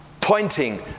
pointing